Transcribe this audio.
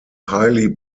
highly